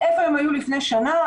איפה הם היו לפני שנה?